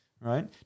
right